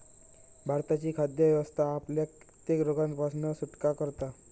भारताची खाद्य व्यवस्था आपल्याक कित्येक रोगांपासना सुटका करता